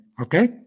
okay